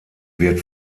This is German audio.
wird